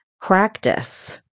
practice